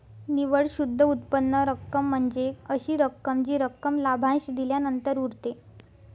निव्वळ शुद्ध उत्पन्न रक्कम म्हणजे अशी रक्कम जी रक्कम लाभांश दिल्यानंतर उरते